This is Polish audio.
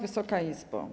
Wysoka Izbo!